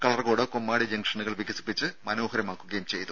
കളർകോട് കൊമ്മാടി ജംഗ്ഷനുകൾ വികസിപ്പിച്ച് മനോഹരമാക്കുകയും ചെയ്തു